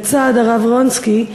לצד הרב רונצקי,